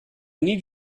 need